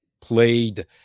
played